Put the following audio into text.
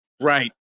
right